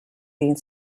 being